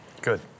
Good